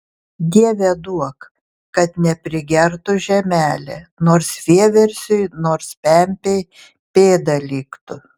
dieve duok kad neprigertų žemelė nors vieversiui nors pempei pėda liktų